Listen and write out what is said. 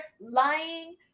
lying